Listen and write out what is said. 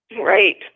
Right